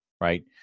Right